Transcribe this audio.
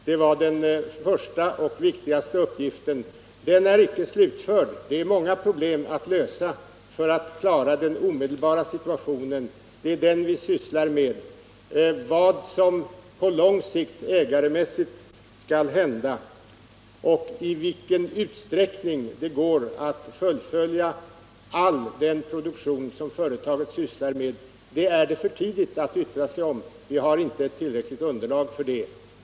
Det var den första och viktigaste uppgiften. Den är inte slutförd. Det är många problem att lösa för att klara den omedelbara situationen. Det är den vi sysslar med. Vad som på lång sikt ägarmässigt skall hända och i vilken utsträckning det går att fullfölja all den produktion som företaget sysslar med är det för tidigt att yttra sig om. Vi har inte tillräckligt underlag för det.